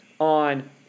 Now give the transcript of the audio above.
on